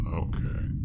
okay